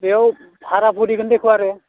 बेव भारा परिगोन देख' आरो